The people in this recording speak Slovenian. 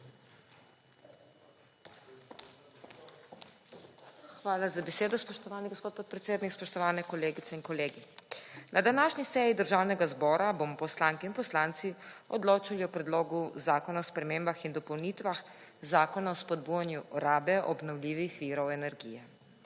Hvala za besedo, spoštovani gospod podpredsednik. Spoštovani kolegice in kolegi! Na današnji seji Državnega zbora bomo poslanke in poslanci odločali o predlogu zakona o spremembah in dopolnitvah zakona o spodbujanju rabe obnovljivih virov energije.